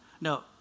No